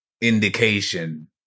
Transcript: indication